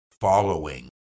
following